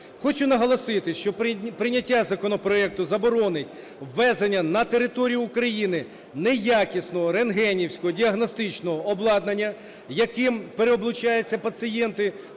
Хочу наголосити, що прийняття законопроекту заборонить ввезення на територію України неякісного рентгенівського діагностичного обладнання, яким переоблучаються пацієнти,